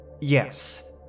Yes